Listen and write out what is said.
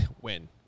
Win